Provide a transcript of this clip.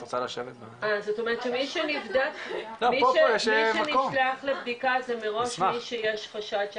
זאת אומרת שמי שנבדק לבדיקה זה מראש מי שיש חשד,